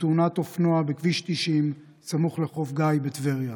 בתאונת אופנוע בכביש 90 סמוך לחוף גיא בטבריה.